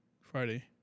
Friday